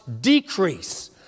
decrease